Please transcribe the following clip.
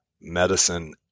medicine